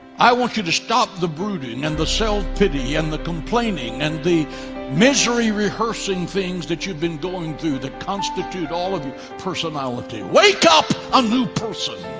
i want you to stop the brooding and the self-pity and the complaining and the misery rehearsing things that you've been going through that constitute all of your personality wake up a new person.